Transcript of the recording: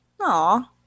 Aw